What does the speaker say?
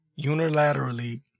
unilaterally